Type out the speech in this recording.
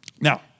Now